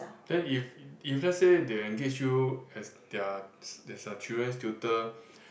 then if if let's say they engage you as their s~ children's tutor